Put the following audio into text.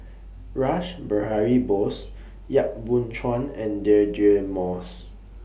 Rash Behari Bose Yap Boon Chuan and Deirdre Moss